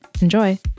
Enjoy